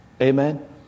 amen